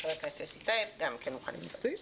חבר הכנסת יוסף טייב גם מוכן להצטרף.